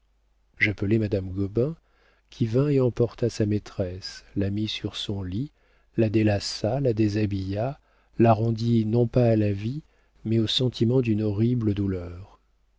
j'appelai madame gobain qui vint et emporta sa maîtresse la mit sur son lit la délaça la déshabilla la rendit non pas à la vie mais au sentiment d'une horrible douleur